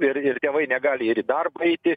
ir ir tėvai negali ir į darbą eiti